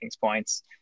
points